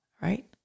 right